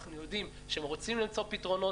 אנחנו יודעים שכשהם רוצים למצוא פתרונות,